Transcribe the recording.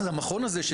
למכון הזה,